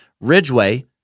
Ridgeway